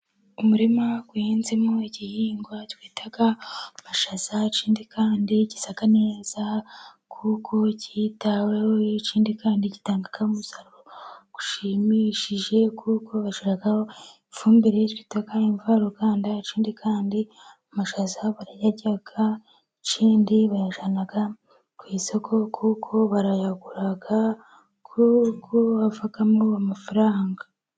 Umurima uhinzemo igihingwa twita amashaza, ikindi kandi asa neza kuko yitaweho, ikindi kandi atanga kandi umusaruro ushimishije, kuko bashyiraho ifumbire bita imvaruganda, ikindi kandi amashaza barayarya ikindi bayajyana ku isoko, kuko barayagura kuku avamo amafaranga.